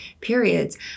periods